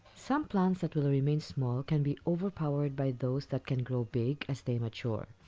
some plants that will remain small can be overpowered by those that can grow big, as they mature.